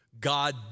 God